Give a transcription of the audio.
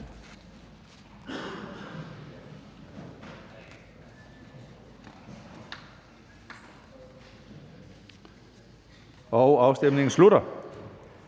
Afstemningen slutter.